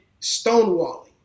stonewalling